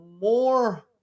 more